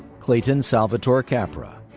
clayton salvatore capra.